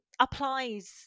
applies